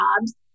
jobs